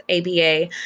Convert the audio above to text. ABA